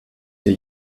der